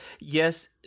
yes